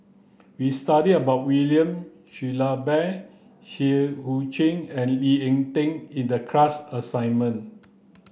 we studied about William Shellabear Seah Eu Chin and Lee Ek Tieng in the class assignment